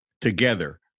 together